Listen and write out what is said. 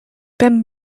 pemp